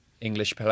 English